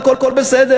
והכול בסדר,